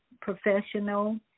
professional